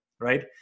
right